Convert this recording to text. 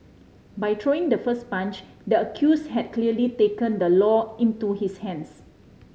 by throwing the first punch the accused had clearly taken the law into his hands